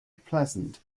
pleasant